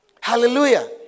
Hallelujah